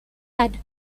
had